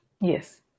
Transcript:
Yes